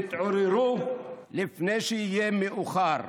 תתעוררו לפני שיהיה מאוחר.